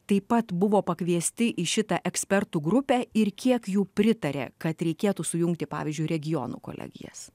taip pat buvo pakviesti į šitą ekspertų grupę ir kiek jų pritarė kad reikėtų sujungti pavyzdžiui regionų kolegijas